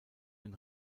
ein